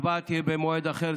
ההצבעה תהיה במועד אחר.